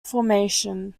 formation